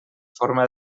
forma